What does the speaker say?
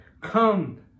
Come